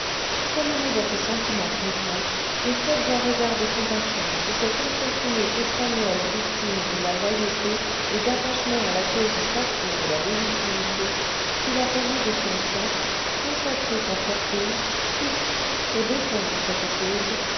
promenez votre sentiment chrétien et faites un regard de compassion sur cette infortuné espaol victime de la loyauté et d'attachement à la cause sacrée de la légitimé qu'il a payé de son sang consacrée sa fortune toute pour défendre cette cause